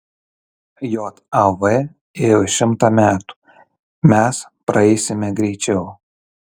jav ėjo šimtą metų mes praeisime greičiau